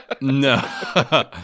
No